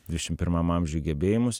dvišim pirmam amžiuj gebėjimus